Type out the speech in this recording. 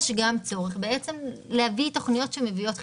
יש גם צורך בעצם להביא תוכניות שמביאות חיסכון.